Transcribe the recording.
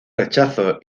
rechazo